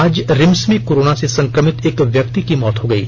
आज रिम्स में कोरोना से संक्रमित एक व्यक्ति की मौत हो गयी